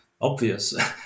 obvious